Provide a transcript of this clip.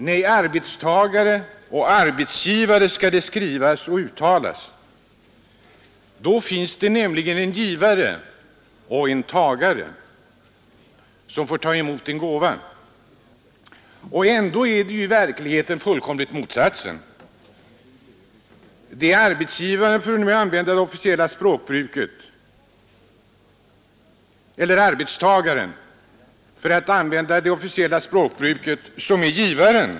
Nej, ”arbetstagare” och ”arbetsgivare” skall det skrivas och uttalas. Då finns det nämligen en givare och en tagare som får ta emot en gåva. Och ändå är det verkliga förhållandet motsatsen. Det är arbetstagaren — för att nu använda det officiella språkbruket — som är givaren.